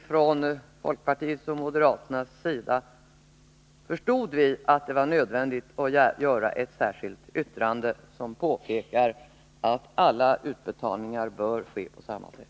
Från folkpartiets och moderaternas sida förstod vi att det var nödvändigt att göra detta påpekande om att alla utbetalningar bör ske på samma sätt.